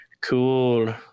cool